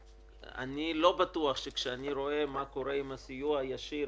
אני לא בטוח שכאשר אני רואה מה קורה עם הסיוע הישיר